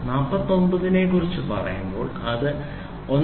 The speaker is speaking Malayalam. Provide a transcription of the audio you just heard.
49 നെക്കുറിച്ച് പറയുമ്പോൾ അത് 1